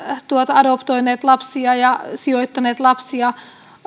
adoptoineet lapsia ja sijoittaneet lapsia